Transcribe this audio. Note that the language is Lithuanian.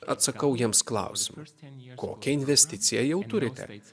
atsakau jiems klausimu kokią investiciją jau turite